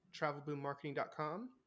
travelboommarketing.com